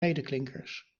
medeklinkers